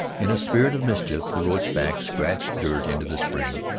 in a spirit of mischief the roachback scratched dirt into the spring,